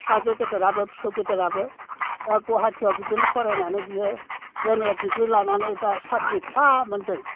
फिसाजो गेदेराबो फिसौ गेदेराबो दा गुवाहाटियाव बिदिनो फरायनानै बियो एम ए दिग्रि लानानै दा साख्रि फिसा मोन्दों